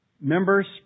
Members